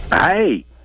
Hey